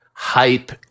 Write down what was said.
hype